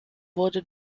wurde